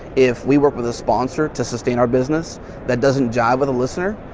if we work with the sponsor to sustain our business that doesn't jive with a listener,